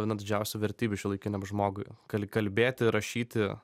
viena didžiausių vertybių šiuolaikiniam žmogui gali kalbėti rašyti